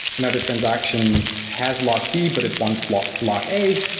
another transaction has locked b, but it wants lock lock a.